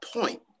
point